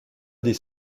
des